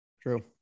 true